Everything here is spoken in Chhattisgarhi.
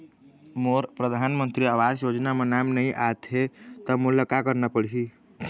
मोर परधानमंतरी आवास योजना म नाम नई आत हे त मोला का करना पड़ही?